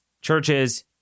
churches